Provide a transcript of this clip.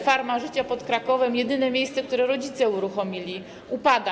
Farma Życia pod Krakowem - jedyne miejsce, które rodzice uruchomili - upada.